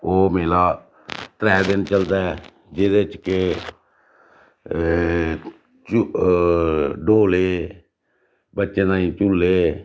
ओह् मेला त्रै दिन चलदा ऐ जेह्दे च के डोले बच्चें ताई झूले